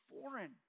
foreign